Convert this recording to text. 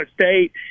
State